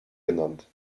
genannt